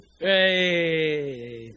Hey